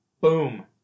boom